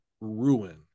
ruin